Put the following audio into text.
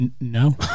No